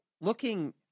looking